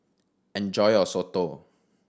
enjoy your soto